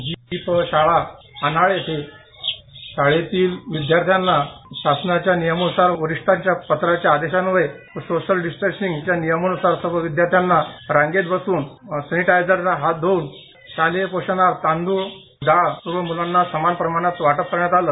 जी तो शाळा अनाड इथून शाळेतील विद्यार्थ्यांना शासनाच्या नियमानुसार वरिष्ठांच्या पत्राच्या आदेशान्वये सोसियल डिसन्टेनसीनच्या नियमानुसार सर्व विद्यार्थ्यांना रांगेत बसून सॅनिटायझरने हात धुऊन शालेय पोषणात तांदूळ दाळ हे सर्व मूलांना समान प्रमाणात वाटप करण्यात आलं